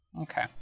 Okay